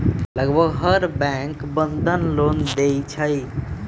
लगभग हर bank Bandhan loan देई छई